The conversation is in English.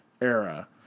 era